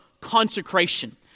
consecration